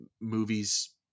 movies